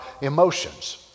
emotions